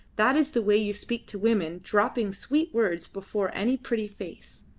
that is the way you speak to women, dropping sweet words before any pretty face.